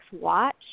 watch